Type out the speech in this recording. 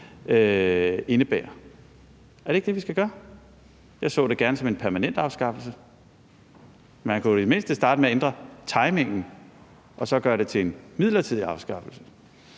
indebærer? Er det ikke det, vi skal gøre? Jeg så det gerne som en permanent afskaffelse. Man kunne i det mindste starte med at ændre timingen og så gøre det til en midlertidig afskaffelse.